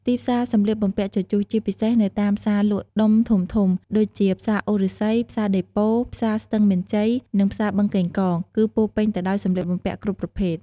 ទីផ្សារសម្លៀកបំពាក់ជជុះ ជាពិសេសនៅតាមផ្សារលក់ដុំធំៗដូចជា ផ្សារអូរឫស្សី ផ្សារដេប៉ូ ផ្សារស្ទឹងមានជ័យ និងផ្សារបឹងកេងកង គឺពោរពេញទៅដោយសម្លៀកបំពាក់គ្រប់ប្រភេទ។